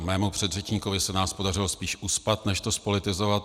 Mému předřečníkovi se nás podařilo spíš uspat než to zpolitizovat.